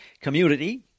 Community